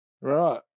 Right